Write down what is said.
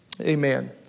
amen